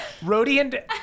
Rodian